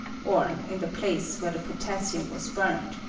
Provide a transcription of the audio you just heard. or in the place where the potassium was burned,